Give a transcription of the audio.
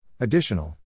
Additional